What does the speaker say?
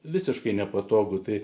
visiškai nepatogu tai